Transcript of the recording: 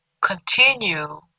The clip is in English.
continue